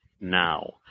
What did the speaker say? now